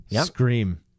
Scream